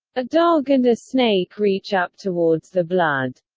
a dog and a snake reach up towards the blood.